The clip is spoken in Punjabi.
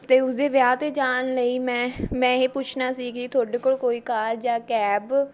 ਅਤੇ ਉਸਦੇ ਵਿਆਹ 'ਤੇ ਜਾਣ ਲਈ ਮੈਂ ਮੈਂ ਇਹ ਪੁੱਛਣਾ ਸੀ ਕਿ ਤੁਹਾਡੇ ਕੋਲ਼ ਕੋਈ ਕਾਰ ਜਾਂ ਕੈਬ